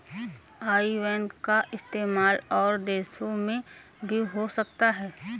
आई ban का इस्तेमाल और देशों में भी हो सकता है क्या?